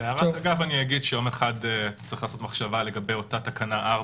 בהערת אגב אומר שיום אחד צריך לעשות מחשבה לגבי אותה תקנה 4